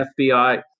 FBI